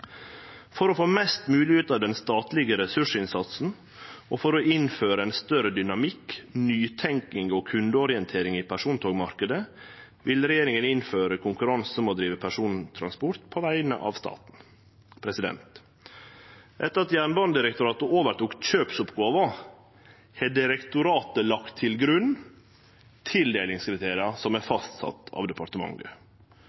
«For å få mest mulig ut av den statlige ressursinnsatsen, og for å innføre en større dynamikk, nytenkning og kundeorientering i persontogmarkedet, vil regjeringen innføre konkurranse om å drive persontogtransport på vegne av staten.» Etter at Jernbanedirektoratet overtok kjøpsoppgåva, har direktoratet lagt til grunn tildelingskriteria som er